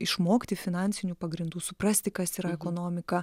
išmokti finansinių pagrindų suprasti kas yra ekonomika